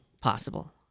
possible